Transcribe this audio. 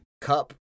cup